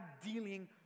dealing